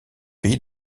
pays